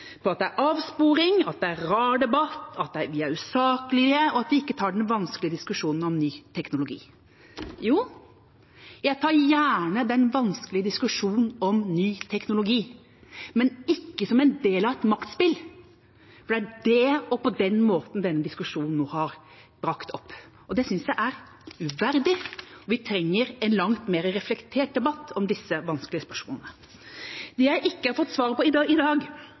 om at det er avsporing, at det er rar debatt, at vi er usaklige, og at vi ikke tar den vanskelige diskusjonen om ny teknologi. Jo, jeg tar gjerne den vanskelige diskusjonen om ny teknologi, men ikke som en del av et maktspill, for det er på den måten denne diskusjonen nå har bragt det fram. Det synes jeg er uverdig. Vi trenger en langt mer reflektert debatt om disse vanskelige spørsmålene. Det jeg ikke har fått svar på i dag, er spørsmålet om nemnder. I